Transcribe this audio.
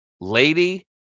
lady